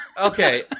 Okay